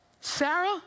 Sarah